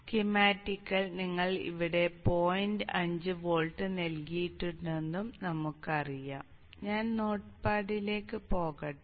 സ്കീമാറ്റിക്കിൽ നിങ്ങൾ ഇവിടെ point 5 volt നൽകിയിട്ടുണ്ടെന്നും നമുക്കറിയാം ഞാൻ നോട്ട്പാഡിലേക്ക് പോകട്ടെ